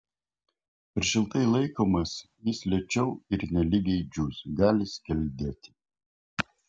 per šiltai laikomas jis lėčiau ir nelygiai džius gali skeldėti